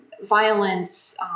violence